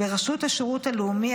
ברשות השירות הלאומי,